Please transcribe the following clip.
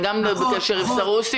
אני גם בקשר עם מר סרוסי.